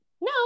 no